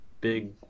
big